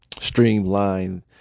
streamline